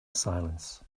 silence